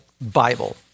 Bible